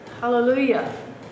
Hallelujah